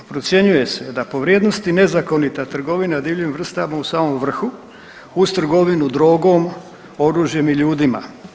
Procjenjuje se da po vrijednosti nezakonita trgovina divljim vrstama je u samom vrhu uz trgovinu drogom, oružjem i ljudima.